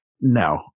No